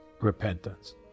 Repentance